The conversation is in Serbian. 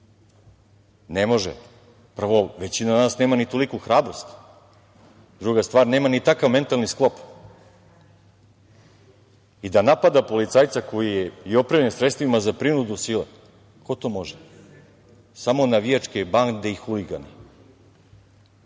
Ne može. Prvo, većina nas nema ni toliku hrabrost. Druga stvar, nema ni takav mentalni sklop da napada policajca koji je opremljen sredstvima za prinudu sile. Ko to može? Samo navijačke bande i huligani. Oni